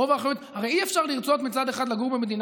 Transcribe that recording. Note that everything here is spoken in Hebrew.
הרי אי-אפשר לרצות מצד אחד לגור במדינה